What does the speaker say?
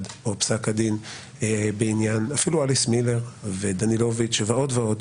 או אפילו פסק הדין בעניין אליס מילר ודנילוביץ' ועוד ועוד,